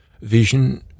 vision